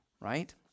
right